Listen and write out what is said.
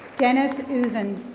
dennis uzin.